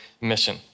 mission